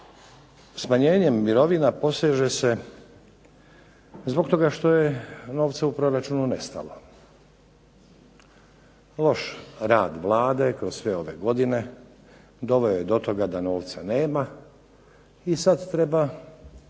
smanjenjem mirovina poseže se zbog toga što je novca u proračunu nestalo, loš rad vlade kroz sve ove godine doveo je do toga da novca nema i sada se treba